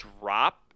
drop